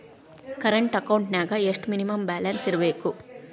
Current ಅಕೌಂಟೆಂನ್ಯಾಗ ಎಷ್ಟ minimum balance ಇರ್ಬೇಕು?